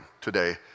today